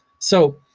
so,